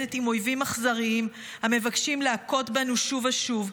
מתמודדת עם אויבים אכזריים המבקשים להכות בנו שוב ושוב,